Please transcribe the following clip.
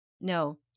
No